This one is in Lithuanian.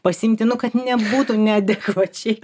pasiimti nu kad nebūtų neadekvačiai